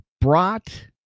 brought